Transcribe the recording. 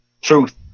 truth